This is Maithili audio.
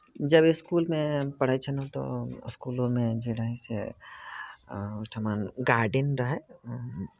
जब इसकुलमे पढ़ैत छलहुँ तऽ इसकुलोमे जे रहै से ओहिठमा गार्डन रहै